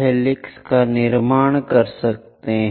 helix दिखता है